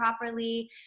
properly